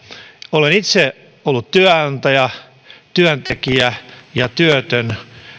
olen itse ollut työnantaja työntekijä ja työtön